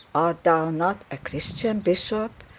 art thou not a christian bishop,